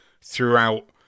throughout